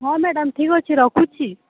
ହଁ ମ୍ୟାଡ଼ାମ୍ ଠିକ୍ ଅଛେ ରଖୁଛି